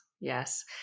Yes